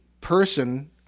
person